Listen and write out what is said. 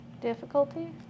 Difficulty